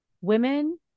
women